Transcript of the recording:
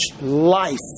life